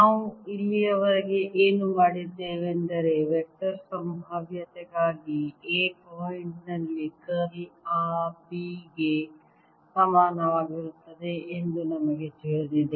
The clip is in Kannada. ನಾವು ಇಲ್ಲಿಯವರೆಗೆ ಏನು ಮಾಡಿದ್ದೇವೆಂದರೆ ವೆಕ್ಟರ್ ಸಂಭಾವ್ಯತೆಗಾಗಿ A ಪಾಯಿಂಟ್ ನಲ್ಲಿ ಕರ್ಲ್ ಆ B ಗೆ ಸಮಾನವಾಗಿರುತ್ತದೆ ಎಂದು ನಮಗೆ ತಿಳಿದಿದೆ